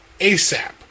ASAP